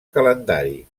calendari